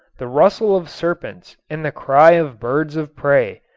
the rustle of serpents and the cry of birds of prey,